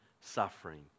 suffering